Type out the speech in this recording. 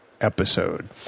episode